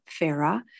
Farah